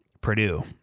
Purdue